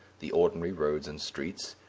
the ordinary roads and streets,